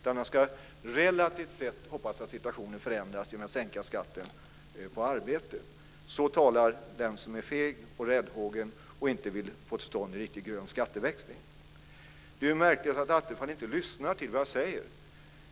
Han hoppas att situationen relativt sett ska förändras genom att man sänker skatten på arbete. Så talar den som är feg och räddhågsen och inte vill få till stånd en riktig grön skatteväxling. Det är märkligt att Attefall inte lyssnar till vad jag säger.